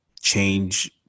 change